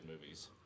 movies